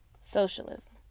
socialism